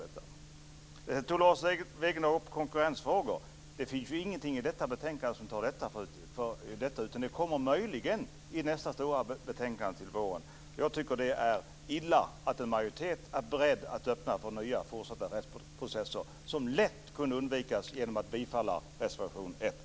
Lars Wegendal tog upp konkurrensfrågor. Det finns ingenting i detta betänkande som handlar om det. Det kommer möjligen i nästa stora betänkande till våren. Jag tycker att det är illa att en majoritet är beredd att öppna för nya fortsatta rättsprocesser som lätt kunde undvikas genom att bifalla reservation 1.